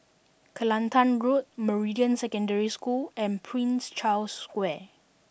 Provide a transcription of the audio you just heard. Kelantan Road Meridian Secondary School and Prince Charles Square